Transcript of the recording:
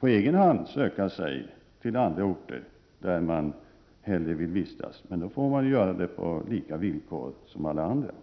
på egen hand söka sig till andra orter där han hellre vill vistas. Men det får han göra på samma villkor som alla andra.